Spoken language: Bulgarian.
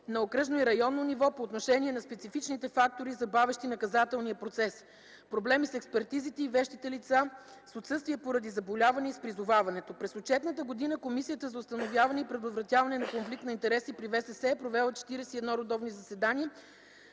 на окръжно и районно ниво по отношение на специфичните фактори, забавящи наказателния процес – проблеми с експертизите и вещите лица, с отсъствия поради заболяване и с призоваването. През отчетната година Комисията за установяване и предотвратяване на конфликт на интереси при ВСС е провела 41 редовни заседания,